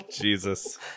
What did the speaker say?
Jesus